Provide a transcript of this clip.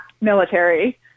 military